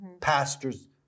Pastors